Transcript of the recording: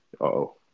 Uh-oh